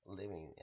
living